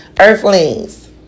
Earthlings